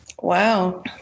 Wow